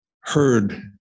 heard